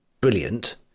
brilliant